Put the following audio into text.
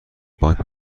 بانک